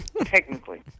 Technically